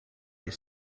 your